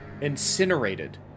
Incinerated